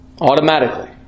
Automatically